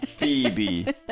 Phoebe